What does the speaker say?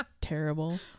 terrible